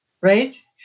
right